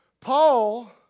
Paul